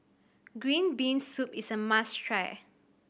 green bean soup is a must try